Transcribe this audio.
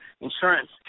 insurance